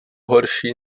horší